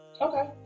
okay